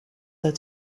that